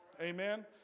amen